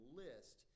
list